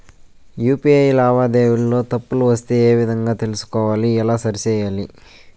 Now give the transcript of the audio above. UPI లావాదేవీలలో తప్పులు వస్తే ఏ విధంగా తెలుసుకోవాలి? ఎలా సరిసేయాలి?